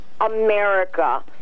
America